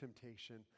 temptation